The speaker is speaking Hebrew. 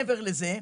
מעבר לזה,